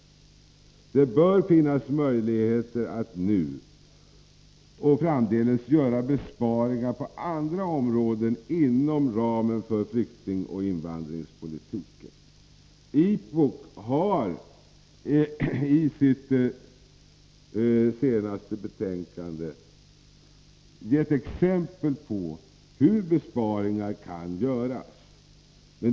Det bör finnas möjligheter att nu och framdeles göra besparingar på andra områden inom ramen för flyktingoch invandringspolitiken. IPOK har i sitt senaste betänkande givit exempel på hur besparingar kan göras.